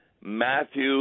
Matthew